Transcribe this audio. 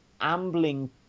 ambling